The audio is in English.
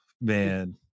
man